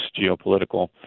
geopolitical